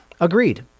Agreed